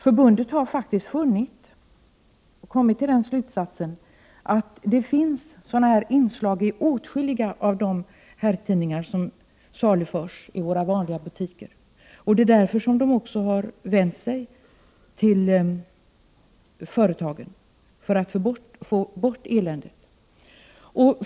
Förbundet har faktiskt funnit sådana här inslag och kommit till den slutsatsen att sådana finns i åtskilliga av de herrtidningar som saluförs i våra vanliga butiker. Det är därför som förbundet vänt sig till företagen för att få bort eländet.